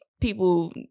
people